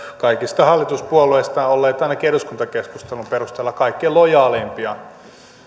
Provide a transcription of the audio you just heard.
kaikista hallituspuolueista olleet ainakin eduskuntakeskustelun perusteella kaikkein lojaaleimpia